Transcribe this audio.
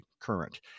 current